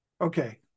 Okay